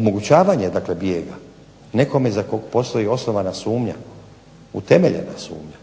Omogućavanje dakle bijega nekome za kog postoji osnovana sumnja, utemeljena sumnja